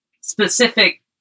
specific